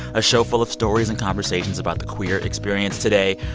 a show full of stories and conversations about the queer experience today.